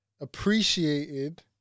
appreciated